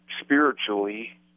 spiritually